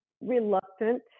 reluctant